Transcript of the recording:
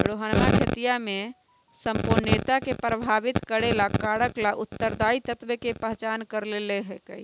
रोहनवा खेतीया में संपोषणीयता के प्रभावित करे वाला कारक ला उत्तरदायी तत्व के पहचान कर लेल कई है